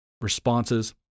responses